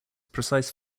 precise